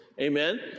amen